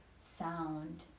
sound